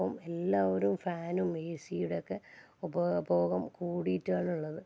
അപ്പം എല്ലാവരും ഫാനും എ സിയുടെയൊക്കെ ഉപഭോഗം ഭോഗം കൂടിയിട്ടാണുള്ളത്